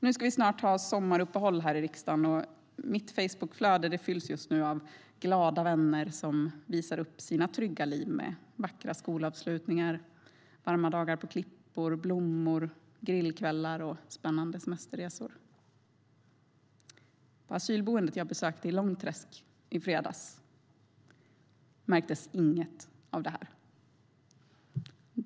Nu ska vi snart ha sommaruppehåll här i riksdagen, och mitt Facebookflöde fylls just nu av glada vänner som visar upp sina trygga liv med vackra skolavslutningar, varma dagar på klippor, blommor, grillkvällar och spännande semesterresor. På asylboendet i Långträsk som jag besökte i fredags märktes inget av det.